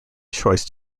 choice